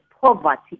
poverty